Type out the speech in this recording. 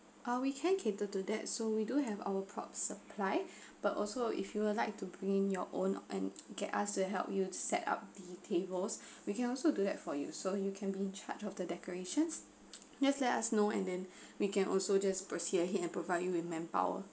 ah we can cater to that so we do have our props supply but also if you would like to bring your own and get us to help you to set up the tables we can also do that for you so you can be in charge of the decorations just let us know and then we can also just proceed ahead and provide you with manpower